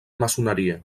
maçoneria